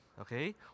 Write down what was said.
Okay